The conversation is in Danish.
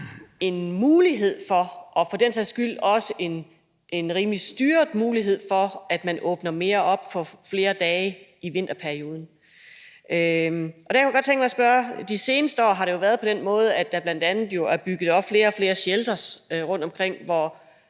en mulighed for og for den sags skyld også en rimelig styret mulighed for, at man åbner mere op for flere dage i vinterperioden, og der kunne jeg godt tænke mig at spørge: De seneste år har det jo været på den måde, at der jo bl.a. også er bygget flere og flere sheltere rundtomkring, hvor